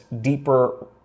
deeper